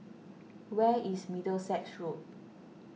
where is Middlesex Road